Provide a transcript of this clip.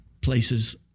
places